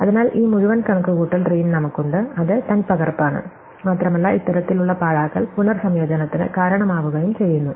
അതിനാൽ ഈ മുഴുവൻ കണക്കുകൂട്ടൽ ട്രീയും നമുക്കുണ്ട് അത് തനിപ്പകർപ്പാണ് മാത്രമല്ല ഇത്തരത്തിലുള്ള പാഴാക്കൽ പുനർസംയോജനത്തിന് കാരണമാവുകയും ചെയ്യുന്നു